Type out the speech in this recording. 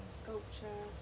sculpture